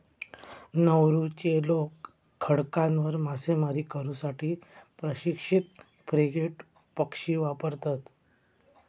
नौरूचे लोक खडकांवर मासेमारी करू साठी प्रशिक्षित फ्रिगेट पक्षी वापरतत